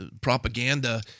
propaganda